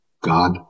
God